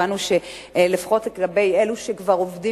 והבנו שלפחות כלפי אלו שכבר עובדים